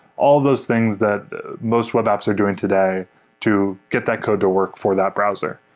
all those things that most web apps are doing today to get that code to work for that browser.